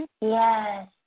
Yes